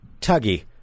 Tuggy